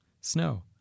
Snow